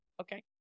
Okay